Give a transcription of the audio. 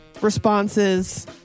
responses